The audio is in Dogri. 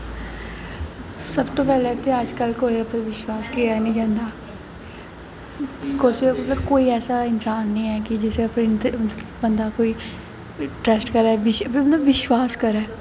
सबतों पैह्लें ते अजकल्ल कुसै पर विश्वास कीता निं जंदा कोई ऐसा इनसान निं ऐ कि बंदा कोई ट्रस्ट करै मतलब विश्वास करै